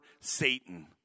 Satan